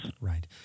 Right